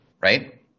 right